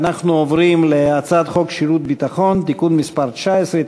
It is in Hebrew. ואנחנו עוברים להצעת חוק שירות ביטחון (תיקון מס' 19),